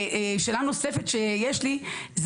שאלה נוספת שיש לי,